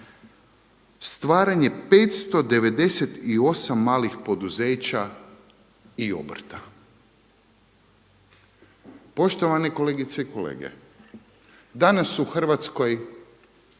stvaranje 598 malih poduzeća i obrta. Poštovane kolegice i kolege, danas u Hrvatskoj,